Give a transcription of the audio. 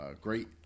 great